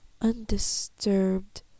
undisturbed